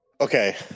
Okay